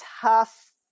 tough